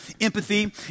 empathy